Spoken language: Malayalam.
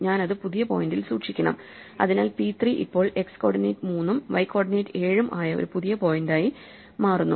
ഞാൻ അത് പുതിയ പോയിന്റിൽ സൂക്ഷിക്കണം അതിനാൽ p 3 ഇപ്പോൾ x കോർഡിനേറ്റ് 3 ഉം y കോഓർഡിനേറ്റ് 7 ഉം ആയ ഒരു പുതിയ പോയിന്റായി മാറുന്നു